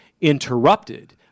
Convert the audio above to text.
interrupted